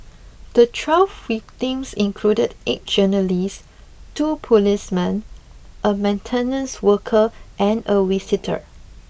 the twelve victims included eight journalists two policemen a maintenance worker and a visitor